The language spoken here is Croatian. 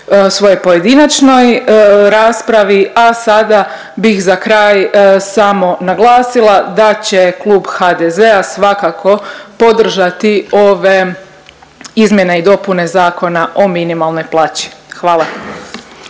svojoj pojedinačnoj raspravi, a sada bih za kraj samo naglasila da će Klub HDZ-a svakako podržati ove izmjene i dopune Zakona o minimalnoj plaći, hvala.